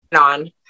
on